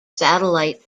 satellite